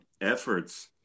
efforts